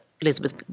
Elizabeth